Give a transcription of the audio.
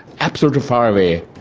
absolutely far away.